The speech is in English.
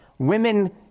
Women